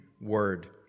Word